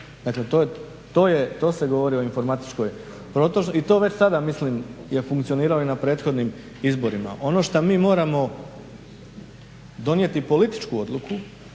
Dakle, to se govori o informatičkoj protočnosti i to već sada je funkcioniralo i na prethodnim izborima. Ono što mi moramo donijeti političku odluku